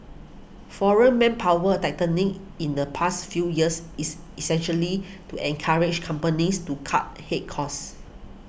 foreign manpower tightening in the past few years is essentially to encourage companies to cut head course